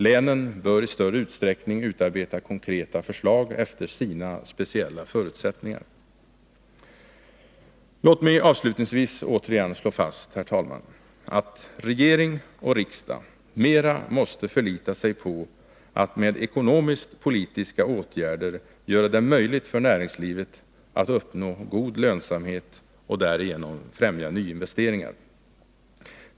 Länen bör i större utsträckning utarbeta konkreta förslag efter sina speciella förutsättningar. Låt mig avslutningsvis återigen slå fast, herr talman, att regering och riksdag mera måste förlita sig på att med ekonomisk-politiska åtgärder göra det möjligt för näringslivet att uppnå en god lönsamhet och därigenom främja nyinvesteringar.